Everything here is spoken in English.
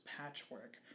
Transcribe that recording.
patchwork